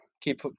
keep